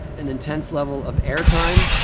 an intense level of air time,